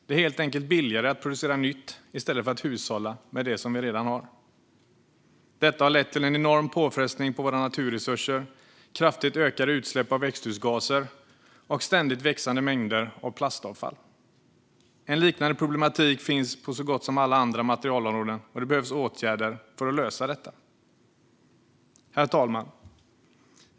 Det är helt enkelt billigare att producera nytt i stället för att hushålla med det som vi redan har. Detta har lett till en enorm påfrestning på våra naturresurser, kraftigt ökade utsläpp av växthusgaser och ständigt växande mängder av plastavfall. En liknande problematik finns på så gott som alla andra materialområden, och det behövs åtgärder för att lösa detta. Herr talman!